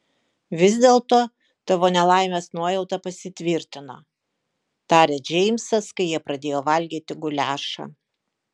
vis dėlto tavo nelaimės nuojauta pasitvirtino tarė džeimsas kai jie pradėjo valgyti guliašą